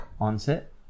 Onset